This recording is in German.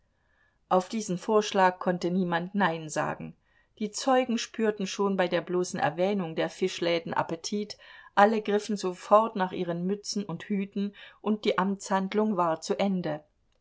auf diesen vorschlag konnte niemand nein sagen die zeugen spürten schon bei der bloßen erwähnung der fischläden appetit alle griffen sofort nach ihren mützen und hüten und die amtshandlung war zu ende